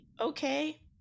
okay